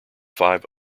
five